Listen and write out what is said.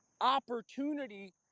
Opportunity